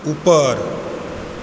ऊपर